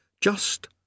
Just